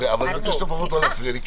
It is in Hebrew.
ואני מבקש לפחות לא להפריע לי.